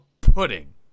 pudding